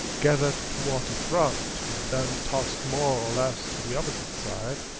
gathered toward the front, and then tossed more or less to the opposite side,